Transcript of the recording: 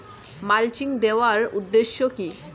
Mulching দেওয়ার উদ্দেশ্য কি?